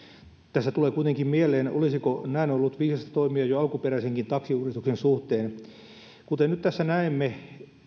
tässä tulee kuitenkin mieleen olisiko näin ollut viisasta toimia jo alkuperäisenkin taksiuudistuksen suhteen kuten nyt tässä näemme